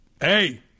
Hey